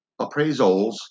appraisals